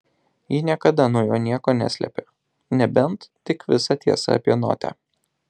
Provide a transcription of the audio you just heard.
ji niekada nuo jo nieko neslėpė nebent tik visą tiesą apie notę